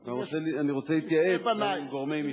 אני רוצה להתייעץ גם עם גורמי משפט.